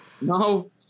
No